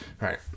Right